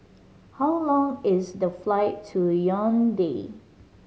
how long is the flight to Yaounde